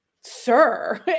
sir